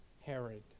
Herod